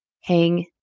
hang